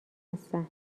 هستن